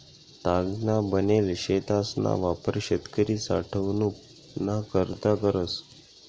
तागना बनेल पोतासना वापर शेतकरी साठवनूक ना करता करस